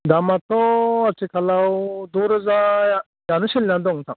दामआथ' आथिखालआव द' रोजायानो सोलिना दं नोंथां